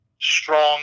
strong